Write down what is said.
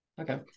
Okay